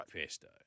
pesto